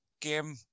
game